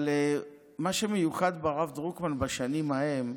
אבל מה שמיוחד ברב דרוקמן בשנים ההן,